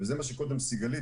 וזה מה שקודם סיגלית,